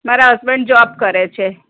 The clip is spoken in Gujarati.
મારા હસબન્ડ જોબ કરે છે